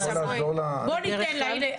בואו ניתן לה.